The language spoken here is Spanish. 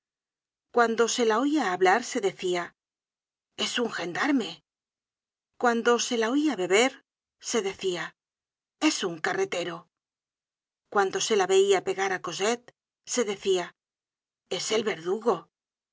cuando se la oia hablar se decia es un gendarme cuando se la veia beber se decia es un carretero cuando se la veia pegar á cosette se decia es el verdugo